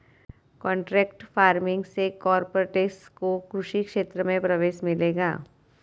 contract farming से corporates को कृषि क्षेत्र में प्रवेश मिलेगा